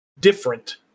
different